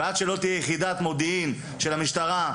ועד שלא תהיה יחידת מודיעין של המשטרה,